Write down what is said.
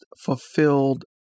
fulfilled